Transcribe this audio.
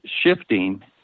shifting